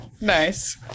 nice